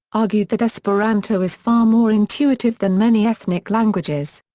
argued that esperanto is far more intuitive than many ethnic languages.